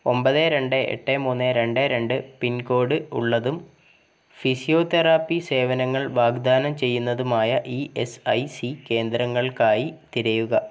ഒമ്പത് രണ്ട് എട്ട് മൂന്ന് രണ്ട് രണ്ട് പിന്കോഡ് ഉള്ളതും ഫിസിയോതെറാപ്പി സേവനങ്ങൾ വാഗ്ദാനം ചെയ്യുന്നതുമായ ഇ എസ് ഐ സി കേന്ദ്രങ്ങൾക്കായി തിരയുക